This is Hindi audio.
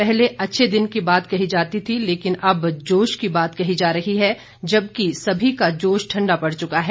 पहले अच्छे दिन की बात कही जाती थी लेकिन अब जोश की बात कही जा रही है जबकि सभी का जोश ठंडा पड़ चुका है